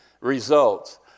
results